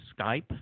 Skype